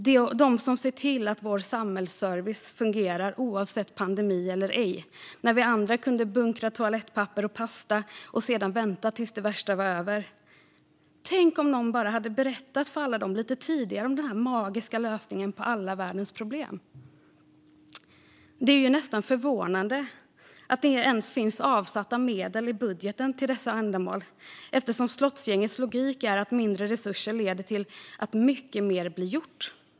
Det är de som ser till att vår samhällsservice fungerar, antingen det är pandemi eller ej, när vi andra kunde bunkra toalettpapper och pasta och vänta tills det värsta var över. Tänk om någon bara hade berättat för dem lite tidigare om den magiska lösningen på alla världens problem! Det är nästan förvånande att det ens finns avsatta medel i budgeten till dessa ändamål. Slottsgängets logik är ju att mindre resurser leder till att mycket mer blir gjort.